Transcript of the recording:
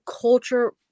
culture